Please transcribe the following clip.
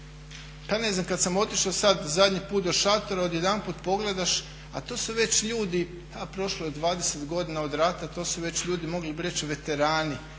pa ne znam kad sam otišao sad zadnji put do šatora odjedanput pogledaš a to su već ljudi, a prošlo je 20 godina od rata, to su već ljudi mogli bi reći veterani